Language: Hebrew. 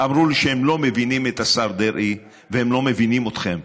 אמרו לי שהם לא מבינים את השר דרעי והם לא מבינים אתכם.